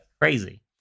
crazy